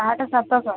ଆଠ ସାତଶହ